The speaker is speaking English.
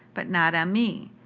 but not ah me,